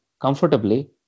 comfortably